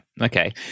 Okay